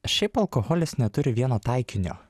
šiaip alkoholis neturi vieno taikinio